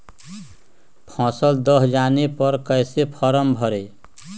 फसल दह जाने पर कैसे फॉर्म भरे?